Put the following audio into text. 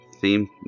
theme